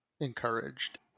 encouraged